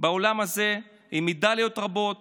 באולם הזה, עם מדליות רבות